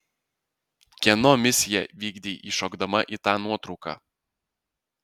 kieno misiją vykdei įšokdama į tą nuotrauką